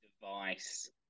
device